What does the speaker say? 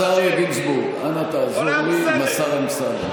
השר, השר גינזבורג, אנא תעזור לי עם השר אמסלם.